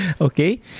okay